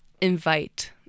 invite